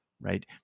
right